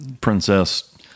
Princess